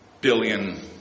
billion